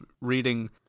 reading